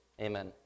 Amen